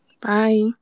Bye